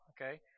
okay